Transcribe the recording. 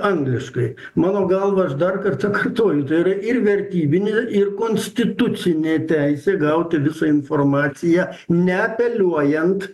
angliškai mano galva aš dar kartą kartoju tai yra ir vertybinė ir konstitucinė teisė gauti visą informaciją neapeliuojant